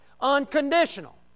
Unconditional